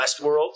Westworld